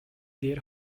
дээр